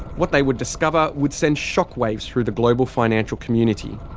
what they would discover would send shockwaves through the global financial community.